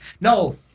No